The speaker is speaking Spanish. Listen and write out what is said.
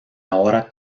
ahora